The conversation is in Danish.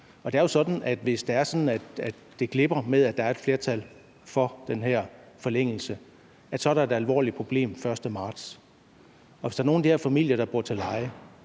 Det er sådan, at hvis det glipper med et flertal for den her forlængelse, er der et alvorligt problem den 1. marts 2023. Og hvis der er nogen af de her familier, der bor til leje